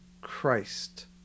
Christ